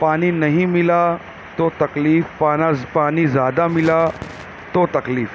پانی نہیں ملا تو تکلیف پانی زیادہ ملا تو تکلیف